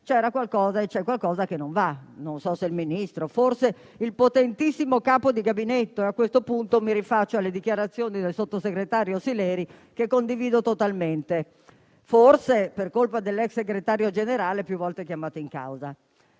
c'era e c'è qualcosa che non va; non so se il Ministro o forse il potentissimo Capo di gabinetto (e a questo punto mi rifaccio alle dichiarazioni del sottosegretario Sileri, che condivido totalmente), o forse per colpa dell'ex segretario generale più volte chiamato in causa.